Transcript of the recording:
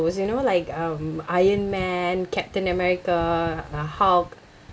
you know like um iron man captain america uh hulk